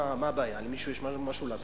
מה הבעיה, למישהו יש משהו להסתיר?